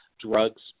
drugs